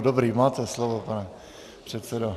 Dobře, máte slovo, pane předsedo.